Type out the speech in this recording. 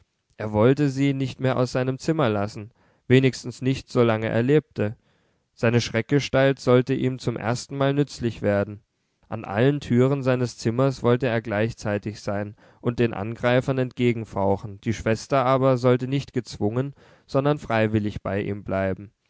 er wollte sie nicht mehr aus seinem zimmer lassen wenigstens nicht solange er lebte seine schreckgestalt sollte ihm zum erstenmal nützlich werden an allen türen seines zimmers wollte er gleichzeitig sein und den angreifern entgegenfauchen die schwester aber sollte nicht gezwungen sondern freiwillig bei ihm bleiben